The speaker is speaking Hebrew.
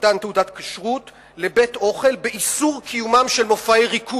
כשרות לבית-אוכל באיסור קיומם של מופעי ריקוד,